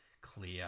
clear